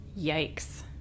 Yikes